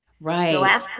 Right